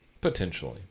Potentially